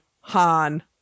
Han